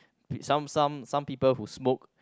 some some some people who smoke